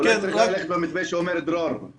אולי צריך ללכת במתווה שאומר דרור,